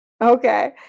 okay